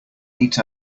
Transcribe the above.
eat